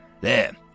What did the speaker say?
There